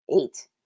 eight